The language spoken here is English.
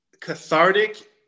cathartic